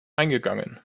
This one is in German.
eingegangen